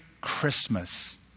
Christmas